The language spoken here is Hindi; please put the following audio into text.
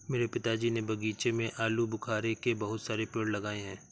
मेरे पिताजी ने बगीचे में आलूबुखारे के बहुत सारे पेड़ लगाए हैं